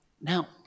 Now